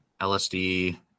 LSD